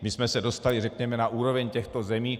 My jsme se dostali, řekněme, na úroveň těchto zemí.